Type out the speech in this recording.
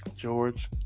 George